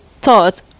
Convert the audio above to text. thought